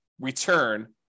return